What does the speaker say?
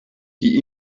die